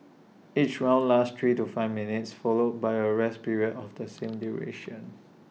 each round lasts three to five minutes followed by A rest period of the same duration